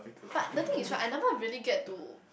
but the thing is right I never really get to